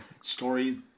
Story